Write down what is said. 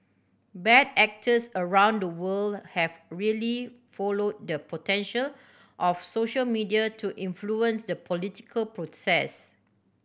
bad actors around the world have really followed the potential of social media to influence the political process